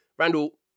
Randall